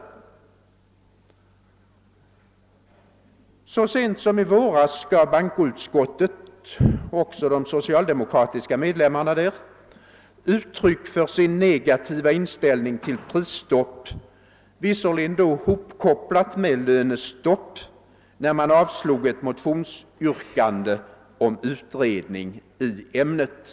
"Så sent som i våras gav bankoutskottet — också de socialdemokratiska 1edamöterna där — uttryck för sin negativa inställning till prisstopp, visserligen då hopkopplat med lönestopp, när de avstyrkte ett motionsyrkande om utredning i ämnet.